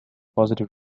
positive